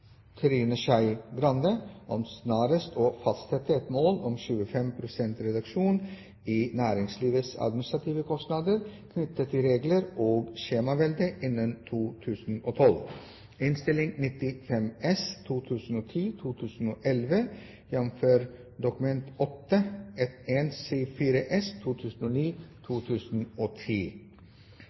Trine Skei Grande, om å fastsette et mål om 25 pst. reduksjon i næringslivets administrative kostnader knyttet til regler og skjemavelde innen 2012. Stortinget har ved en